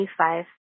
25